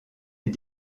est